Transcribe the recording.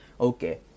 Okay